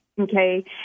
okay